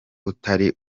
utari